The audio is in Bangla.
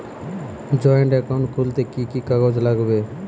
জয়েন্ট একাউন্ট খুলতে কি কি কাগজ লাগবে?